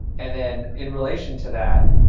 and then in relation to that,